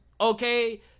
Okay